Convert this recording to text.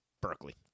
Berkeley